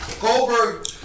Goldberg